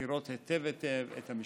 מכירות היטב את המשפחות,